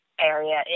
area